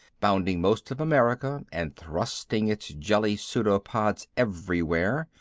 bounding most of america and thrusting its jetty pseudopods everywhere,